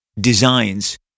designs